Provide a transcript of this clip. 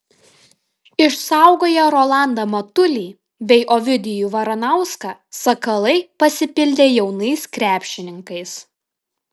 išsaugoję rolandą matulį bei ovidijų varanauską sakalai pasipildė jaunais krepšininkais